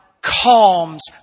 calms